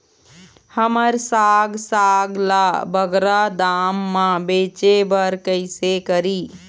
हमर साग साग ला बगरा दाम मा बेचे बर कइसे करी?